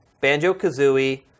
Banjo-Kazooie